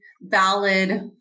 valid